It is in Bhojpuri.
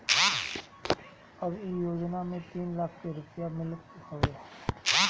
अब इ योजना में तीन लाख के रुपिया मिलत हवे